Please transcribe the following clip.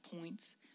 points